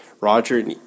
Roger